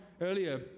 earlier